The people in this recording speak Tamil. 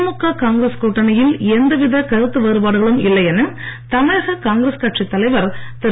திமுக காங்கிரஸ் கூட்டணியில் எந்த வித கருத்து வேறுபாடுகளும் இல்லையென தமிழக காங்கிரஸ் கட்சித் தலைவர் திரு